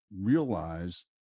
Realize